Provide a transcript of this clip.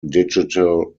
digital